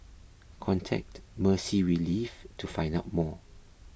contact Mercy Relief to find out more